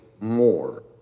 more